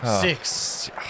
Six